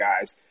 guys